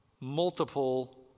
multiple